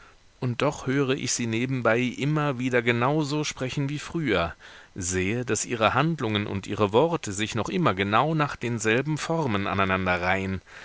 und doch höre ich sie nebenbei immer wieder genau so sprechen wie früher sehe daß ihre handlungen und ihre worte sich noch immer genau nach denselben formen aneinanderreihen